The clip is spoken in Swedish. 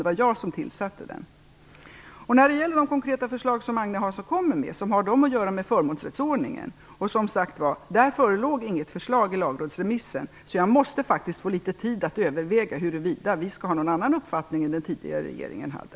Det var jag som tillsatte den. Agne Hanssons konkreta förslag har att göra med förmånsrättsordningen. Det förelåg, som sagt, inget förslag i lagrådsremissen. Därför måste jag faktiskt få litet tid att överväga huruvida vi skall ha någon annan uppfattning än den tidigare regeringen hade.